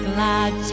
Glad